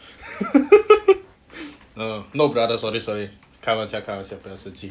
no brother sorry sorry 开玩笑开玩笑不要生气